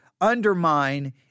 undermine